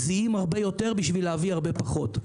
מזיעים הרבה יותר בשביל להביא הרבה פחות.